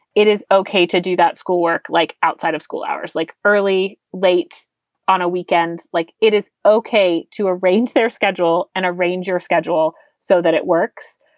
it is ok to do that school work, like outside of school hours, like early, late on a weekend. like it is ok to arrange their schedule and arrange your schedule so that it works.